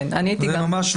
זה ממש לא אצלי.